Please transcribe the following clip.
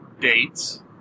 dates